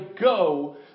go